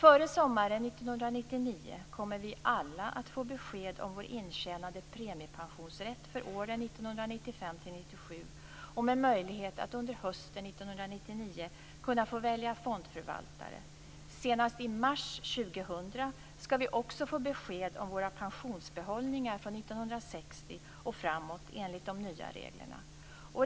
Före sommaren 1999 kommer vi alla att få besked om vår intjänade premiepensionsrätt för åren 1995 1997 och möjlighet att under hösten 1999 få välja fondförvaltare. Senast i mars 2000 skall vi också få besked om våra pensionsbehållningar från 1960 och framåt enligt de nya reglerna.